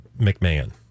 McMahon